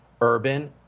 urban